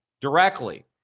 directly